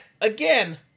again